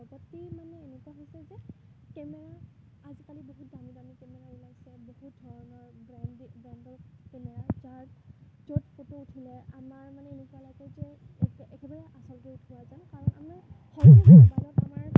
লগতে মানে এনেকুৱা হৈছে যে কেমেৰা আজিকালি বহুত দামী দামী কেমেৰা ওলাইছে বহুত ধৰণৰ ব্ৰেণ্ডৰ কেমেৰা যাৰ য'ত ফটো উঠিলে আমাৰ মানে এনেকুৱা লাগে যে একে একেবাৰে আচলকৈ উঠোৱা যেন কাৰণ আমাৰ